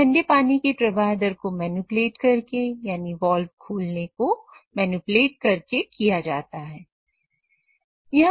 यह ठंडे पानी के प्रवाह दर को मैनिपुलेट करके यानी वोल्व खोलने को मैनिपुलेट करके किया जाता है